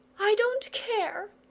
i don't care,